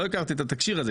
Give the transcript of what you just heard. לא הכרתי את התקשי"ר הזה.